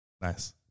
Nice